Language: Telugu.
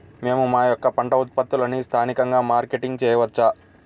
మేము మా యొక్క పంట ఉత్పత్తులని స్థానికంగా మార్కెటింగ్ చేయవచ్చా?